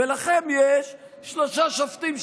ולכם יש שלושה שופטים,